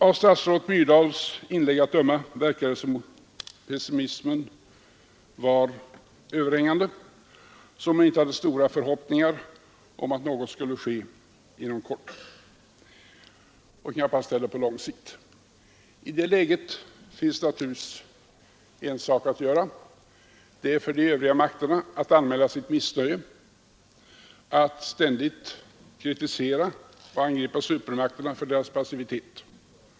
Av statsrådet Myrdals inlägg att döma verkar det som om pessimismen var överhängande, som om hon inte hyste stora förhoppningar om att något skulle ske inom kort — och knappast heller på lång sikt. I det läget finns det naturligtvis en sak att göra: det är för de övriga makterna att anmäla sitt missnöje, att ständigt kritisera och angripa supermakterna för deras passivitet.